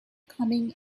coming